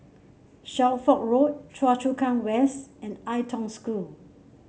Shelford Road Choa Chu Kang West and Ai Tong School